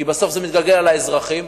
כי בסוף זה מתגלגל על האזרחים,